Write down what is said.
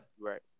right